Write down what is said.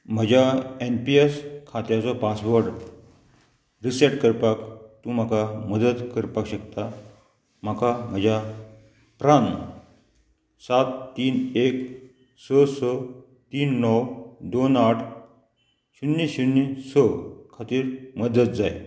म्हज्या N P S खात्याचो password reset करपाक तूं म्हाका मदत करपाक शकता म्हाका म्हज्या प्रन सात तीन एक स स तीन णव दोन आठ शुन्य शुन्य स खातीर मदत जाय